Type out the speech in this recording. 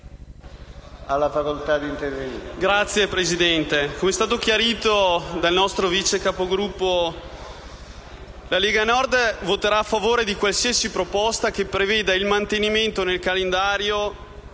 Signor Presidente, com'è stato chiarito dal nostro vice Capogruppo, la Lega Nord voterà a favore di qualsiasi proposta che preveda il mantenimento in calendario